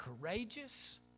courageous